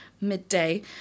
midday